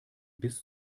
bis